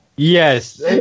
Yes